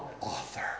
Author